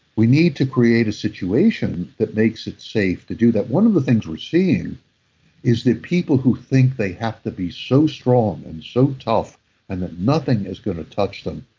we need to create a situation that makes it safe to do that one of the things we're seeing is that people who think they have to be so strong and so tough and that nothing is going to touch them,